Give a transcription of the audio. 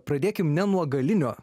pradėkim ne nuo galinio